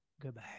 goodbye